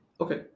Okay